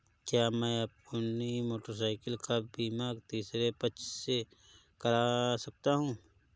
क्या मैं अपनी मोटरसाइकिल का बीमा तीसरे पक्ष से करा सकता हूँ?